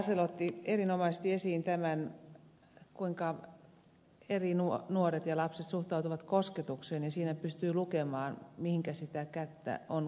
asell otti erinomaisesti esiin tämän kuinka eri lailla nuoret ja lapset suhtautuvat kosketukseen ja siinä pystyy lukemaan mihinkä sitä kättä on kotona käytetty